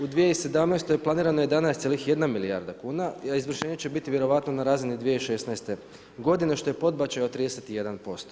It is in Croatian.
U 2017. planirano je 11,1 milijarda kuna, a izvršenje će biti vjerojatno na razini 2016. godine što je podbačaj od 31%